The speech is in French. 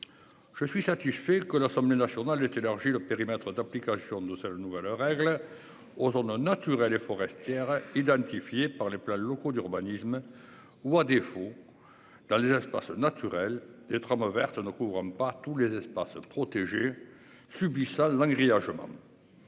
Je suis satisfait que l'Assemblée nationale le qui élargit le périmètre d'application de nos seules de nouvelles règles. Aux zones naturelles et forestières identifiés par les plans locaux d'urbanisme. Ou à défaut. Dans les espaces naturels des trames vertes ne couvre pas tous les espaces protégés subissant un grillage.--